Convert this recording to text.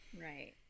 Right